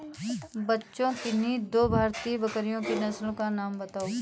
बच्चों किन्ही दो भारतीय बकरियों की नस्ल का नाम बताओ?